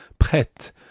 Prête